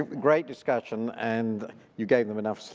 great discussion and you gave them enough,